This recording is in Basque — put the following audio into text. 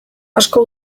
asko